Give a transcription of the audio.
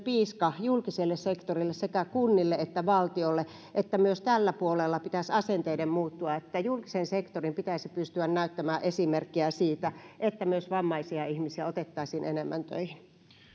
piiska julkiselle sektorille sekä kunnille että valtiolle että myös tällä puolella pitäisi asenteiden muuttua julkisen sektorin pitäisi pystyä näyttämään esimerkkiä siitä että myös vammaisia ihmisiä otettaisiin enemmän töihin